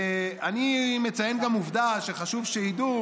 ואני מציין גם עובדה שחשוב שידעו: